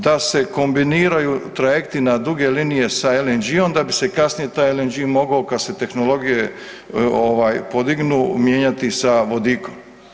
Da se kombiniraju trajekti na duge linije sa LNG-om da bi se kasnije taj LNG mogao kad se tehnologije ovaj podignu mijenjati sa vodikom.